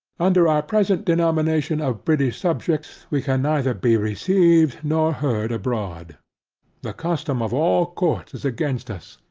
under our present denomination of british subjects, we can neither be received nor heard abroad the custom of all courts is against us,